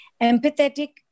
empathetic